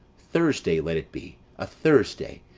thursday let it be a thursday,